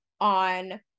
on